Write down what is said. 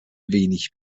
wenig